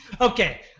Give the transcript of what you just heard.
Okay